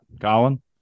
colin